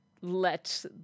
let